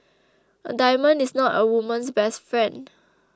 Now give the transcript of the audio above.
a diamond is not a woman's best friend